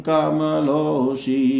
Kamaloshi